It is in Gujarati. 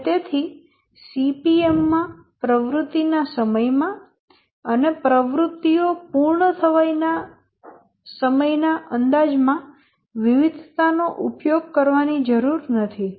અને તેથી CPM માં પ્રવૃત્તિ ના સમયમાં અને પ્રવૃત્તિઓ પૂર્ણ થવાના સમય ના અંદાજ માં વિવિધતા નો ઉપયોગ કરવાની જરૂર નથી